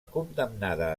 condemnada